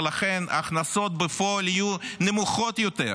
ולכן ההכנסות בפועל יהיו נמוכות יותר.